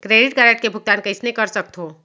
Credit card के भुगतान कइसने कर सकथो?